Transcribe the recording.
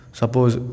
suppose